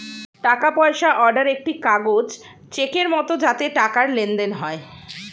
টাকা পয়সা অর্ডার একটি কাগজ চেকের মত যাতে টাকার লেনদেন হয়